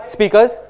Speakers